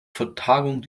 vertagung